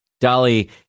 Dolly